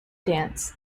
dance